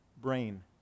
brain